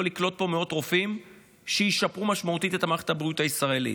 לקלוט פה מאות רופאים שישפרו משמעותית את מערכת הבריאות הישראלית.